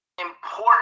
important